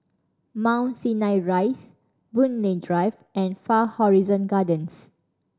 Mount Sinai Rise Boon Lay Drive and Far Horizon Gardens